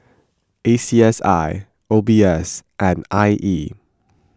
A C S I O B S and I E